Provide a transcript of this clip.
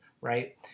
right